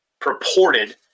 purported